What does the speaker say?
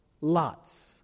lots